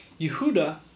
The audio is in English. Yehuda